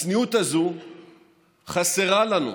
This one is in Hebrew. הצניעות הזאת חסרה לנו,